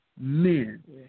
men